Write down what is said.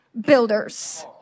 builders